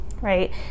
right